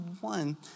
one